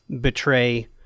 betray